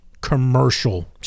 commercial